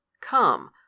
come